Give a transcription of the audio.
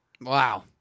Wow